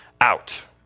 out